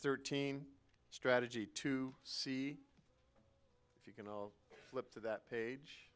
thirteen strategy to see if you can flip to that page